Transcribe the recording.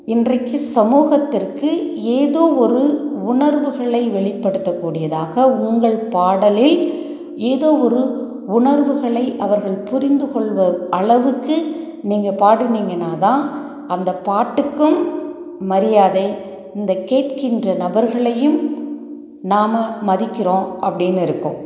இன்றைக்கு சமூகத்திற்கு எதோ ஒரு உணர்வுகளை வெளிப்படுத்த கூடியதாக உங்கள் பாடலில் எதோ ஒரு உணர்வுகளை அவர்கள் புரிந்து கொள்கிற அளவுக்கு நீங்கள் பாடினிங்கன்னா தான் அந்த பாட்டுக்கும் மரியாதை இந்த கேட்கின்ற நபர்களையும் நாம் மதிக்கிறோம் அப்படினும் இருக்கும்